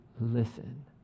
listen